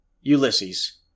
Ulysses